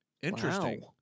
Interesting